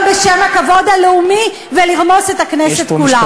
בשם הכבוד הלאומי ולרמוס את הכנסת כולה.